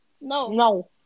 No